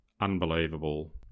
unbelievable